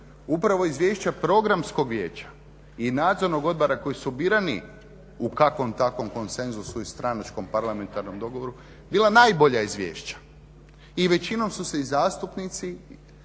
upravi izvješća Programskog vijeća i Nadzornog odbora koji su birani u kakvom takvom konsenzusu i stranačkom parlamentarnom dogovoru, bila najbolja izvješća i većinom su se i zastupnici